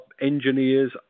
engineers